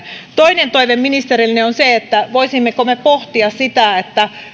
toinen toive ministerille on se että voisimme pohtia sitä